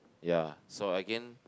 ya so again